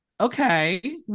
Okay